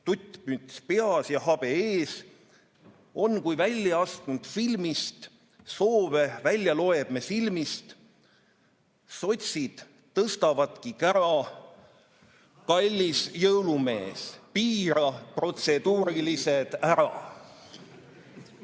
tuttmüts peas ja habe ees. / On kui välja astund filmist, / soove välja loeb me silmist. / Sotsid tõstavadki kära: / "Kallis jõulumees, piira protseduurilised